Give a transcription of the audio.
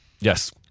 Yes